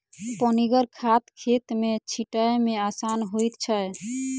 पनिगर खाद खेत मे छीटै मे आसान होइत छै